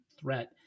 threat